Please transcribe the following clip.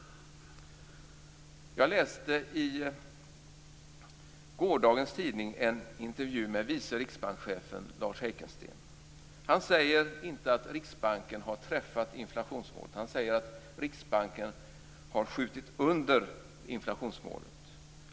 Jag läste i gårdagens tidning en intervju med vice riksbankschefen Lars Heikensten. Han säger inte att Riksbanken har träffat inflationsmålet. Han säger att Riksbanken har skjutit under inflationsmålet.